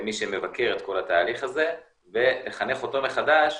למי שמבקר את כל התהליך הזה ולחנך אותו מחדש